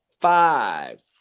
five